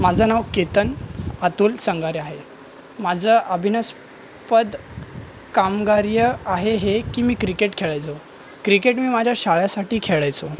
माझं नाव केतन अतुल संघारे आहे माझं अभिनयस्पद कामगारीय आहे हे की मी क्रिकेट खेळायचो क्रिकेट मी माझ्या शाळंसाठी खेळायचो